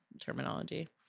terminology